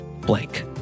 blank